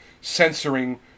censoring